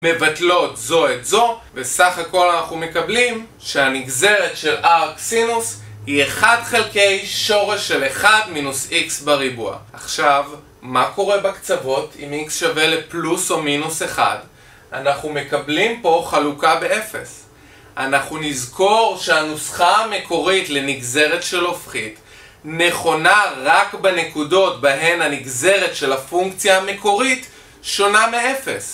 מבטלות זו את זו, וסך הכל אנחנו מקבלים שהנגזרת של r כסינוס היא 1 חלקי שורש של 1 מינוס x בריבוע עכשיו, מה קורה בקצוות אם x שווה לפלוס או מינוס 1? אנחנו מקבלים פה חלוקה באפס אנחנו נזכור שהנוסחה המקורית לנגזרת של הופכית נכונה רק בנקודות בהן הנגזרת של הפונקציה המקורית שונה מאפס